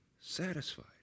satisfied